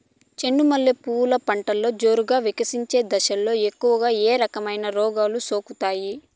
చెండు మల్లె పూలు పంటలో జోరుగా వికసించే దశలో ఎక్కువగా ఏ రకమైన రోగాలు సోకుతాయి?